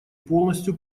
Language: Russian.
полностью